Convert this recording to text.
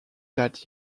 that